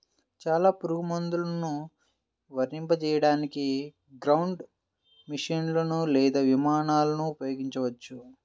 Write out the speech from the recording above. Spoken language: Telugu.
చాలా పురుగుమందులను వర్తింపజేయడానికి గ్రౌండ్ మెషీన్లు లేదా విమానాలను ఉపయోగించవచ్చు